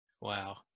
Wow